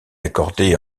accordée